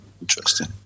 Interesting